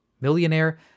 millionaire